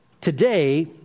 Today